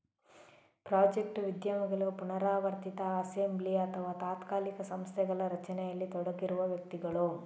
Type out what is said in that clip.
project ಉದ್ಯಮಿಗಳು ಪುನರಾವರ್ತಿತ assembly ಅಥವಾ ತಾತ್ಕಾಲಿಕ ಸಂಸ್ಥೆಗಳ ರಚನೆಯಲ್ಲಿ ತೊಡಗಿರುವ ವ್ಯಕ್ತಿಗಳು